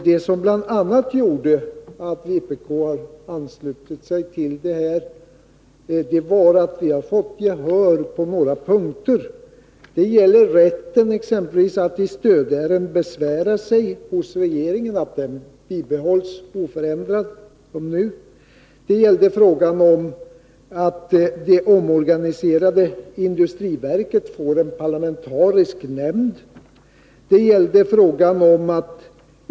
Det som gjorde att vpk anslöt sig till utskottet var bl.a. att vi på följande punkter fick gehör för våra krav: 2. Det omorganiserade industriverket får en parlamentarisk nämnd. 3.